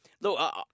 Look